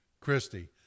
Christie